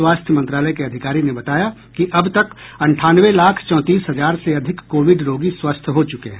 स्वास्थ्य मंत्रालय के अधिकारी ने बताया कि अब तक अंठानवे लाख चौंतीस हजार से अधिक कोविड रोगी स्वस्थ हो चुके हैं